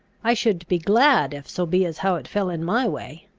i should be glad if so be as how it fell in my way.